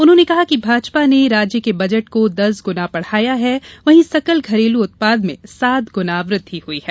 उन्होंने कहा कि भाजपा ने राज्य के बजट को दस गुना बढ़ाया है वहीं सकल घरेलू उत्पाद में सात गुना वृद्धि हुई है